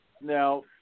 Now